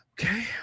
Okay